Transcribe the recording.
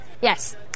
Yes